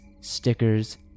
stickers